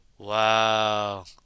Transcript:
Wow